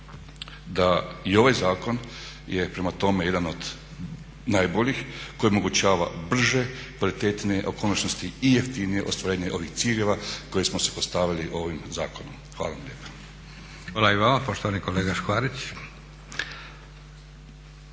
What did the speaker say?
da i ovaj zakon je prema tome jedan od najboljih koji omogućava brže, kvalitetnije a u konačnici i jeftinije ostvarenje ovih ciljeva koje smo si postavili ovim zakonom. Hvala vam lijepa. **Leko, Josip (SDP)** Hvala i vama poštovani kolega Škvarić.